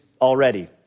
already